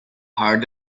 heart